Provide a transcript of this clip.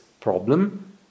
problem